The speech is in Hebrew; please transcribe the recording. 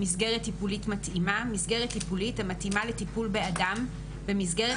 "מסגרת טיפולית מתאימה" מסגרת טיפולית המתאימה לטיפול באדם במסגרת